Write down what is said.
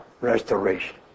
restoration